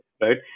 right